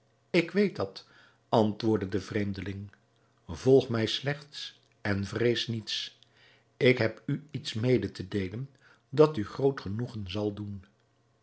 ik weet dat antwoordde de vreemdeling volg mij slechts en vrees niets ik heb u iets mede te deelen dat u groot genoegen zal doen